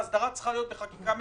וההסדרה צריכה להיות בחקיקה ממשלתית.